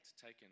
taken